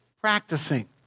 practicing